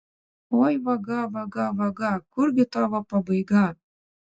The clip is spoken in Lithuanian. oi vaga vaga vaga kurgi tavo pabaiga